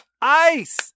Ice